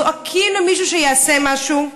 זועקים למישהו שיעשה משהו.